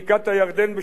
בשומרון וביהודה".